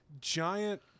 giant